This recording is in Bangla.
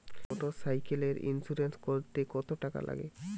মোটরসাইকেলের ইন্সুরেন্স করতে কত টাকা লাগে?